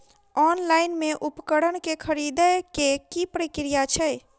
Online मे उपकरण केँ खरीदय केँ की प्रक्रिया छै?